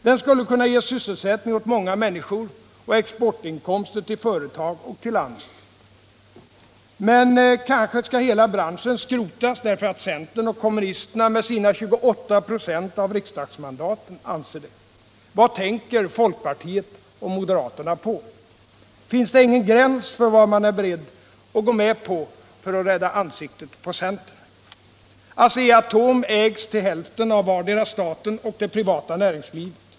Den skulle kunna ge sysselsättning åt många människor och exportkostnader till företag och till landet. Men kanske skall hela branschen skrotas därför att centern och kommunisterna med sina 28 4 av riksdagsmandaten anser det. Vad tänker folkpartiet och moderaterna på? Finns det ingen gräns för vad man är beredd att gå med på för att rädda ansiktet på centern? Asea-Atom ägs till hälften av vardera staten och det privata näringslivet.